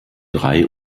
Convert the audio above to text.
drei